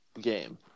game